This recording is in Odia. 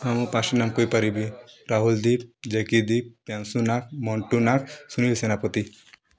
ହଁ ମୁ ପାଞ୍ଚଟା ନାମ କହିପାରିବି ରାହୁଲ୍ ଦୀପ୍ ଜାକି ଦୀପ୍ ତାଂଶୁ ନାହାକ୍ ମଣ୍ଟୁ ନାହାକ୍ ସୁନୀଲ୍ ସେନାପତି